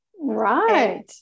right